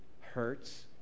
hurts